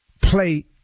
play